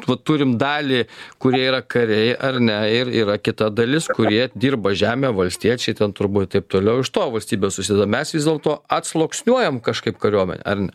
vat turim dalį kurie yra kariai ar ne ir yra kita dalis kurie dirba žemę valstiečiai ten turbūt taip toliau iš to valstybė susideda mes vis dėlto atsluoksniuojam kažkaip kariuomenę ar ne